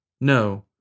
No